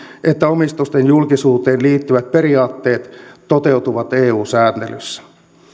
että omistusten julkisuuteen liittyvät periaatteet toteutuvat eu sääntelyssä